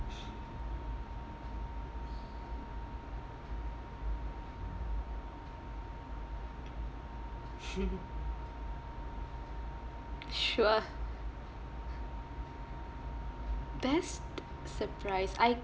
sure best surprise I